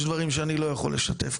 יש דברים שאני לא יכול לשתף,